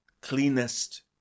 cleanest